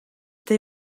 they